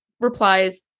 replies